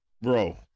bro